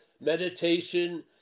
meditation